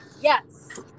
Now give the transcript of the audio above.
Yes